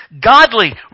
godly